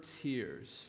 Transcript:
tears